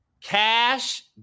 cash